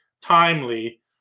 timely